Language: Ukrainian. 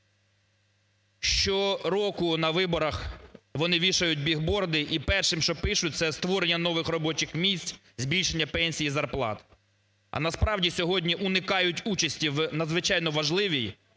Щороку на виборах вони вішають біг-борди і першим, що пишуть, це створення нових робочих місць, збільшення пенсій і зарплат. А насправді сьогодні уникають участі у надзвичайно важливій